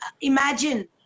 Imagine